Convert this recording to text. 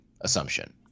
assumption